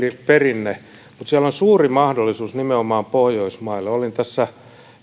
perinne mutta siellä on suuri mahdollisuus nimenomaan pohjoismaille olin tässä